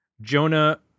jonah